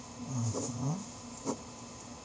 (uh huh)